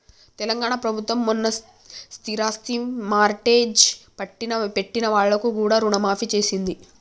తెలంగాణ ప్రభుత్వం మొన్న స్థిరాస్తి మార్ట్గేజ్ పెట్టిన వాళ్లకు కూడా రుణమాఫీ చేసింది